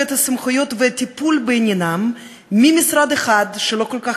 את הסמכויות והטיפול בעניינם ממשרד אחד שלא כל כך